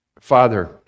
Father